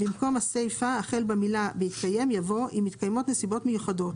במקום הסיפה החל במילה "בהתקיים" יבוא "אם מתקיימות נסיבות מיוחדות